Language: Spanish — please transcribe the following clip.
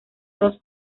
dos